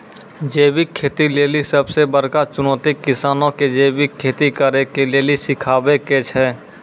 जैविक खेती लेली सबसे बड़का चुनौती किसानो के जैविक खेती करे के लेली सिखाबै के छै